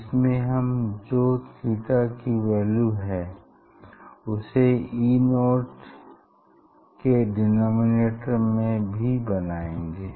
इसमें हम जो थीटा की वैल्यू है उसे E0 के डेनोमेनेटर में भी बनाएँगे